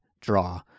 draw